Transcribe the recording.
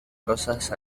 rosas